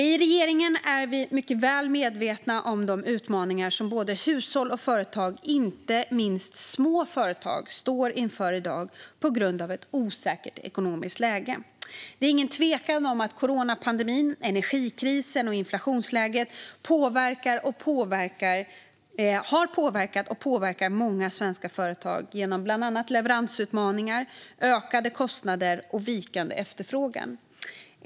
Vi är i regeringen väl medvetna om de utmaningar som både hushåll och företag, inte minst små företag, står inför i dag på grund av ett osäkert ekonomiskt läge. Det är ingen tvekan om att coronapandemin, energikrisen och inflationsläget påverkat och påverkar många svenska företag genom bland annat leveransutmaningar, ökade kostnader och vikande efterfrågan.